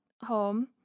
home